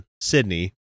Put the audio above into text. Sydney